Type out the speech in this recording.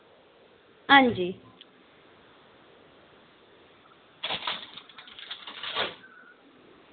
हां जी